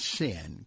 sin